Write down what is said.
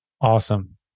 Awesome